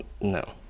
No